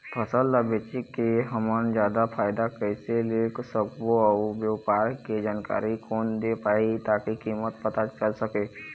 फसल ला बेचे के हम जादा फायदा कैसे ले सकबो अउ व्यापार के जानकारी कोन दे पाही ताकि कीमत पता चल सके?